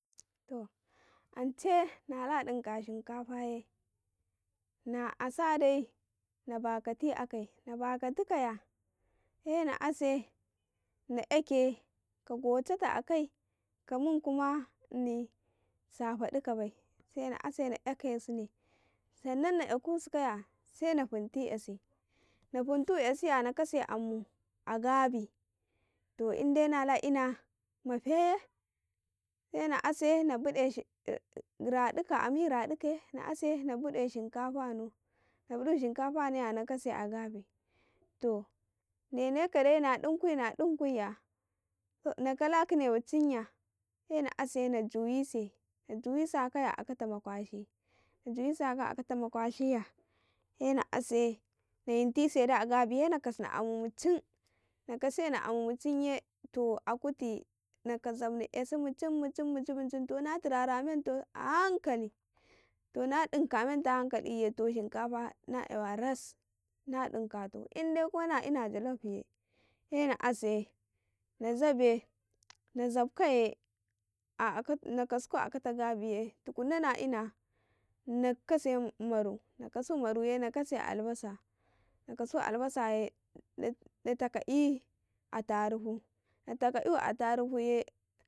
To ance nala dinka shinkafa ye na asade na bakati akai nabaka tukaya he na ase na ''yake ka gau cata akai kamun ma ini safa dika bai sena ase na yake sune ani na ''yakusukaya sena funti ''yasi na funtu ''yasi ya na kase amu a gabi to inde na la ina mafeye se na asa nabude radika ye amu yi shinkafa no ya nakase a gabi to eneka dai na dunku, nadunku ya naka la kine macin ya na ase na juyi se Akata makwashi na juyi sa ko a akatama kwashi ya se na ase nayintise jan a gabi sena kas ni amu muci nakase ni amu mucinye to ka kuti to na zabni ''yasi mucin, mucin, mucin to na turara mento a hankali to na dinka menta a hankali yi to shinkafa na ''yawa ras na inka tau inde kwana ina jalloy ye se na ase na zabe na zabkaye se nakasu akata gabiye tukunna na'ina nakase maru na kasu maruye na kase albasa na kasu albasa ye na taka'i atturuhu na takáu attaruhu yee.